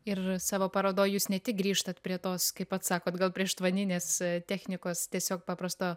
ir savo parodoj jūs ne tik grįžtat prie tos kaip pats sakot gal prieštvaninės technikos tiesiog paprasto